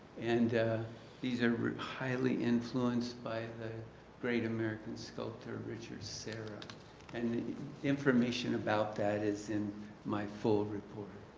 and these are highly influenced by the great american sculptor, richard sara and the information about that is in my full report.